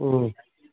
ꯎꯝ